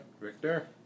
Victor